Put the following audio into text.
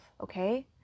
okay